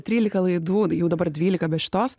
trylika laidų jau dabar dvylika be šitos